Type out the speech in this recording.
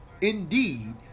indeed